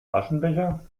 aschenbecher